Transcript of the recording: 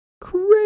crazy